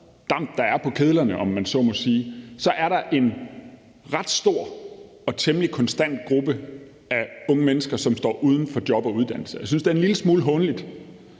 damp der er på kedlerne, om man så må sige, så er der en ret stor og temmelig konstant gruppe af unge mennesker, som står uden job og uddannelse. Jeg synes, det er en lille smule hånligt,